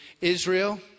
Israel